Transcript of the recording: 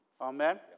Amen